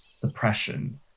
depression